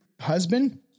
husband